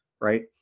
right